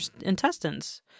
intestines